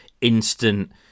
instant